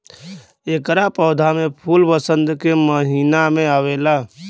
एकरा पौधा में फूल वसंत के महिना में आवेला